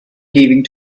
leaving